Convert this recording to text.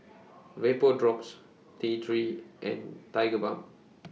Vapodrops T three and Tigerbalm